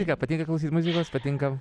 tai ką patinka klausyt muzikos patinka